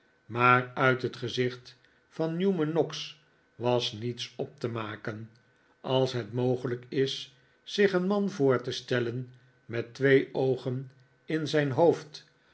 maar uit het gezicht van newman noggs was niets op te maken als het mogelijk is zich een man voor te stellen met twee oogen in zijn hoofd